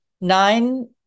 nine